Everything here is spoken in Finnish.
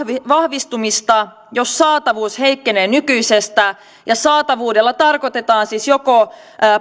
vahvistumista jos saatavuus heikkenee nykyisestä ja saatavuudella tarkoitetaan siis joko